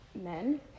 men